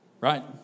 right